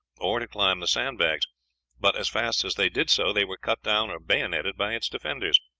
or to climb the sandbags but as fast as they did so, they were cut down or bayoneted by its defenders.